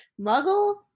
Muggle